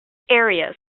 areas